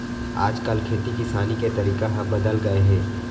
आज काल खेती किसानी के तरीका ह बदल गए हे